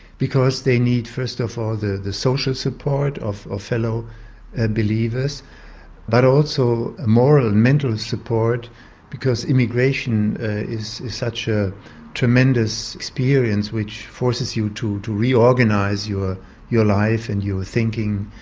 because they need first of all the the social support of ah fellow ah believers but also moral and mental support because immigration is such a tremendous experience which forces you to to reorganise your your life and your thinking,